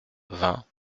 vingt